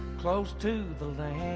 close to the